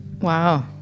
Wow